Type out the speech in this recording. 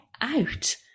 out